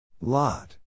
Lot